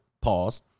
pause